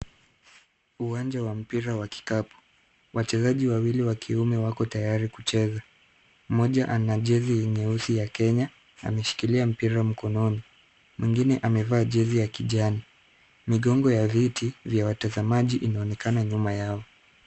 Uwanja wa mpira wa kikapu, wachezaji wawili wa kiume wako tayari kucheza. Moja ana jezi nyeusi ya Kenya, ameshikilia mpira mkononi. Mwingine amevaa jezi ya kijani. Migongo ya viti vya watazamaji inaonekana nyuma yao.